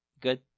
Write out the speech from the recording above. Good